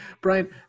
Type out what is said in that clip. Brian